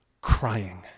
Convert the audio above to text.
crying